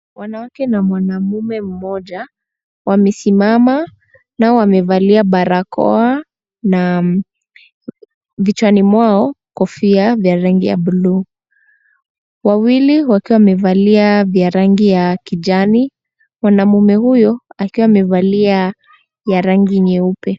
Wanawake na mwanamume mmoja wamesimama nao wamevalia barakoa na vichwani mwao kofia za rangi ya bluu, wawili wakiwa wamevalia vya rangi ya kijani. Mwanamume huyo akiwa amevalia ya rangi nyeupe.